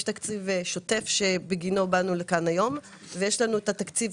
יש תקציב שוטף שבגינו באנו לכאן היום ויש לנו תקציב